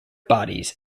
bodies